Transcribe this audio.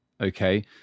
okay